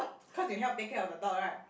cause they help take care of the dog right